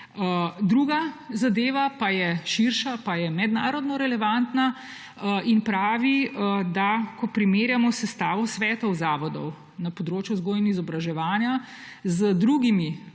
Druga zadeva pa je širša, je mednarodno relevantna in pravi, da ko primerjamo sestavo svetov zavodov na področju vzgoje in izobraževanja z drugimi